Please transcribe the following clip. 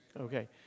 Okay